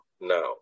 now